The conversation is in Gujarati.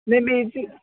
બે મિર્ચી